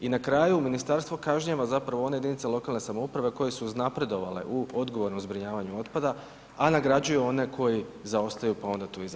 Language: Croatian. I na kraju ministarstvo kažnjava zapravo one jedinice lokalne samouprave koje su uznapredovale u odgovornom zbrinjavanju otpada, a nagrađuje one koji zaostaju pa onda tu i Zagreb.